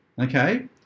Okay